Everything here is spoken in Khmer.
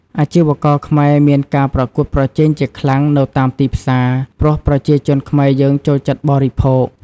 អាជីវករខ្មែរមានការប្រកួតប្រជែងជាខ្លាំងនៅតាមទីផ្សា ព្រោះប្រជាជនខ្មែរយើងចូលចិត្តបរិភោគ។